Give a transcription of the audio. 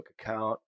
account